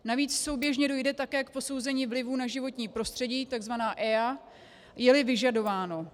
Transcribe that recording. Navíc souběžně dojde také k posouzení vlivu na životní prostředí, tzv. EIA, jeli vyžadováno.